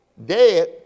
Dead